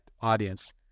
audience